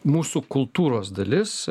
mūsų kultūros dalis